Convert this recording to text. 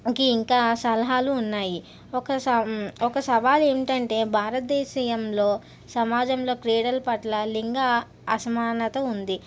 కి ఇంకా సలహాలు ఉన్నాయి ఒక సం ఒక సవాలేటంటే భారతదేశీయంలో సమాజంలో క్రీడల పట్ల లింగ అసమానత ఉంది